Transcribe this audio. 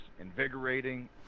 invigorating